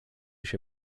się